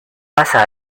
pasa